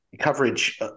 coverage